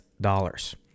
dollars